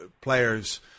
players